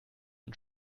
und